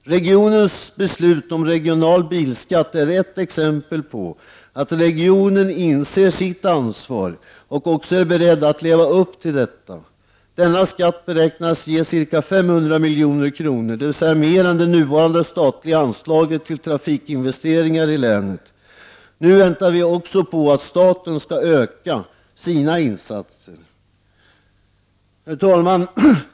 Regionens beslut om regional bilskatt är ett exempel på att regionen inser sitt ansvar och också är beredd att leva upp till det. Denna skatt beräknas ge ca 500 milj.kr., dvs. mer än det nuvarande statliga anslaget till trafikinvesteringar i länet. Nu väntar vi på att också staten skall öka sina insatser. Herr talman!